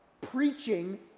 preaching